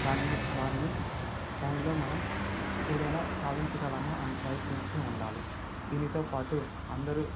దానిని దానిని దానిలో మనం ఏదైనా సాధించగలం అని ప్రయత్నిస్తూ ఉండాలి దీనితో పాటు అందరూ